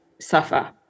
suffer